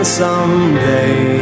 someday